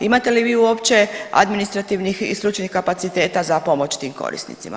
Imate li vi uopće administrativnih i stručnih kapaciteta za pomoć tim korisnicima?